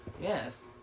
Yes